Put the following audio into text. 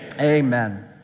Amen